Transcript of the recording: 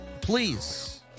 Please